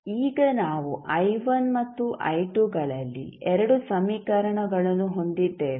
ಈಗ ನಾವು i1 ಮತ್ತು i2ಗಳಲ್ಲಿ ಎರಡು ಸಮೀಕರಣಗಳನ್ನು ಹೊಂದಿದ್ದೇವೆ